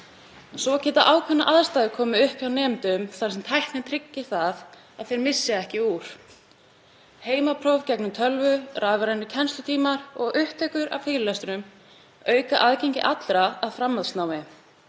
Svo geta ákveðnar aðstæður komið upp hjá nemendum þar sem tæknin tryggir að þeir missi ekki úr. Heimapróf gegnum tölvu, rafrænir kennslutímar og upptökur af fyrirlestrum auka aðgengi allra að framhaldsnámi.